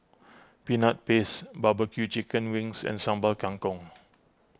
Peanut Paste Barbecue Chicken Wings and Sambal Kangkong